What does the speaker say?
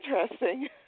interesting